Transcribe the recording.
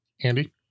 Andy